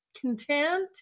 content